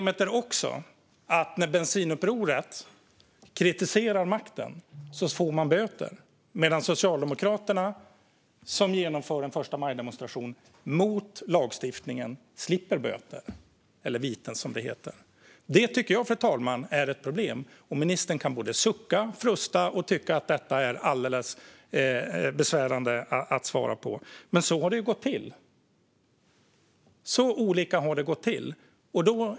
Det är också ett problem att när Bensinupproret kritiserar makten får man böter, medan Socialdemokraterna slipper böter, viten, när de genomför en förstamajdemonstration i strid med lagstiftningen. Detta är enligt mig ett problem, fru talman. Ministern kan sucka, frusta och tycka att det är besvärande att svara på det här, men så olika har det gått till.